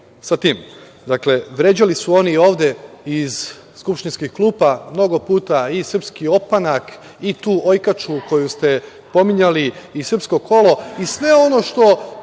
sa tim. Dakle, vređali su oni ovde iz skupštinskih klupa mnogo puta i sprski opanak i tu ojkaču koju ste pominjali i srpsko kolo i sve ono što